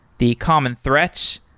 the common threats,